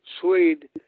swede